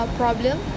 problem